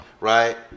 right